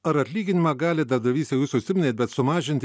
ar atlyginimą gali darbdavys jau jūs užsiminėt bet sumažinti